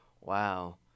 wow